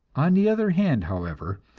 on the other hand, however,